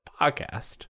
podcast